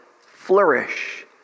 flourish